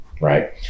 right